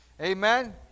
Amen